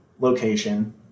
location –